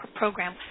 program